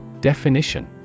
Definition